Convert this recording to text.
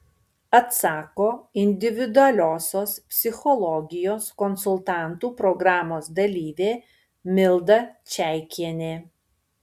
atsako individualiosios psichologijos konsultantų programos dalyvė milda čeikienė